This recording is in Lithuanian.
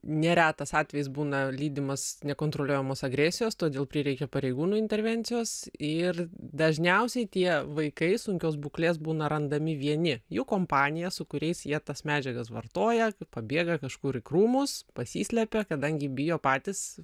neretas atvejis būna lydimas nekontroliuojamos agresijos todėl prireikia pareigūnų intervencijos ir dažniausiai tie vaikai sunkios būklės būna randami vieni jų kompanija su kuriais jie tas medžiagas vartoja pabėga kažkur į krūmus pasislėpia kadangi bijo patys